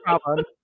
problem